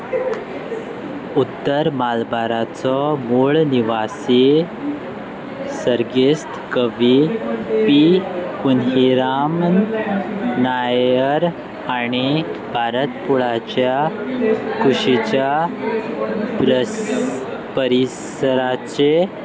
उत्तर मालबाराचो मूळ निवासी सर्गेस्त कवी पी पुहिरामन नायर आनी भारतकुळाच्या कुशीच्या प्रस परिसराचे